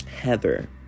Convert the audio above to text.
Heather